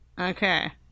Okay